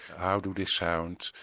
how do they sound,